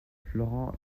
florent